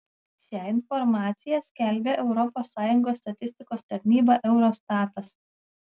šią informaciją skelbia europos sąjungos statistikos tarnyba eurostatas